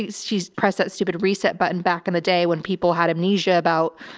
she's pressed that stupid reset button back in the day when people had amnesia about,